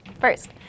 First